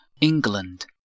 England